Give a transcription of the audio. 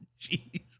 jeez